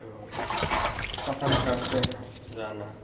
तो पसंद करते हैं जाना